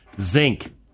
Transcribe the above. Zinc